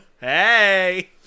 hey